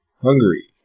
Hungary